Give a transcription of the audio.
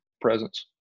presence